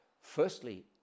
firstly